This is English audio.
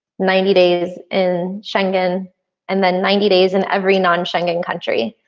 ninety days in schengen and then ninety days in every non-schengen country.